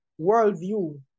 worldview